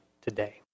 today